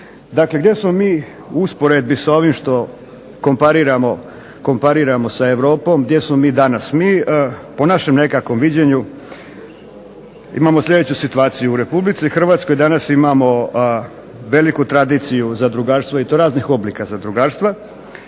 Dakle, gdje smo mi u usporedbi sa ovim što kompariramo sa Europom gdje smo mi danas. Mi po našem nekakvom viđenju imamo sljedeću situaciju, u Republici Hrvatskoj danas imamo veliku tradiciju zadrugarstvo, i to raznih oblika zadrugarstva,